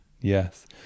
yes